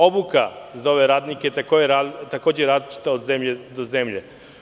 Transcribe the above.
Obuka za ove radnike je različita od zemlje do zemlje.